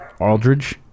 Aldridge